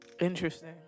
interesting